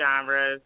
genres